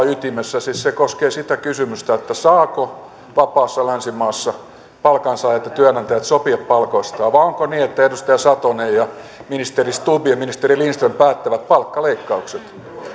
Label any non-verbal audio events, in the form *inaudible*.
*unintelligible* ytimessä se siis koskee sitä kysymystä saavatko vapaassa länsimaassa palkansaajat ja työnantajat sopia palkoistaan vai onko niin että edustaja satonen ministeri stubb ja ministeri lindström päättävät palkkaleikkaukset